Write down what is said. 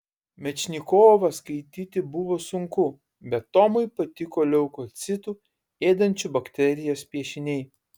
mečnikovą skaityti buvo sunku bet tomui patiko leukocitų ėdančių bakterijas piešiniai